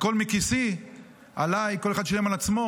הכול מכיסי, עליי, כל אחד שילם על עצמו.